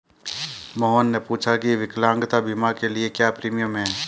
मोहन ने पूछा की विकलांगता बीमा के लिए क्या प्रीमियम है?